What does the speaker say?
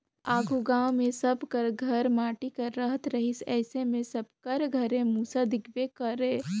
आघु गाँव मे सब कर घर माटी कर रहत रहिस अइसे मे सबकर घरे मूसर दिखबे करे